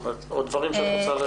יש עוד דברים שאת רוצה להתייחס אליהם?